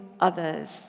others